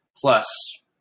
Plus